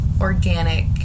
organic